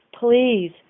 Please